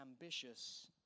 ambitious